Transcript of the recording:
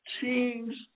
teams